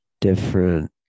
different